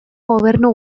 gobernu